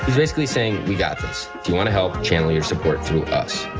basically saying we got this. if you want to help, channel your support through us.